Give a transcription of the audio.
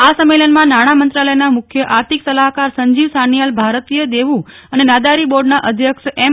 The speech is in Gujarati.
આ સંમેલનમાં નાણામંત્રાલયના મુખ્ય આર્થિક સલાહકાર સંજીવ સાનિયાલ ભારતીય દેવું અને નાદારી બોર્ડના અધ્યક્ષ એમ